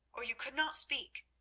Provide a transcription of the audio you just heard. or you could not speak.